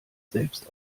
selbst